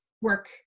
work